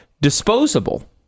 disposable